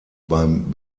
beim